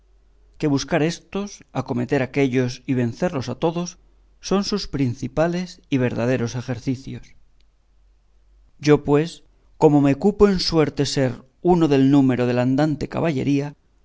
que buscar éstos acometer aquéllos y vencerlos a todos son sus principales y verdaderos ejercicios yo pues como me cupo en suerte ser uno del número de la andante caballería